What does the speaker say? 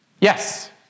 Yes